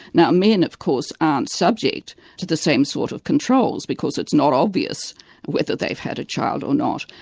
now men of course aren't subject to the same sort of controls because it's not obvious whether they've had a child or not,